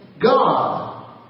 God